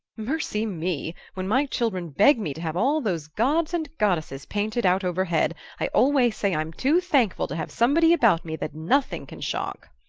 mercy me when my children beg me to have all those gods and goddesses painted out overhead i always say i'm too thankful to have somebody about me that nothing can shock!